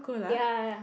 ya